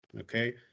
okay